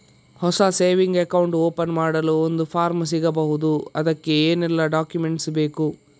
ಹೊಸ saving account open ಮಾಡಲು ಒಂದು ಫಾರ್ಮ್ ಸಿಗಬಹುದು? ಅದಕ್ಕೆ ಏನೆಲ್ಲಾ ಡಾಕ್ಯುಮೆಂಟ್ಸ್ ಬೇಕು?